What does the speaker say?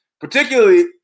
particularly